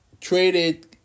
traded